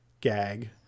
gag